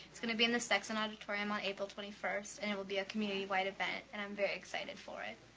it's going to be in the sexson auditorium on april twenty first and it will be a community wide event and i'm very excited for it.